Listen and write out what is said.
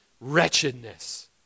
wretchedness